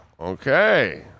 okay